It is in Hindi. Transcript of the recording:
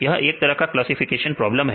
यह एक तरह का क्लासिफिकेशन प्रॉब्लम है